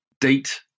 date